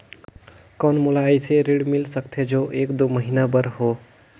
कौन मोला अइसे ऋण मिल सकथे जो एक दो महीना बर हो?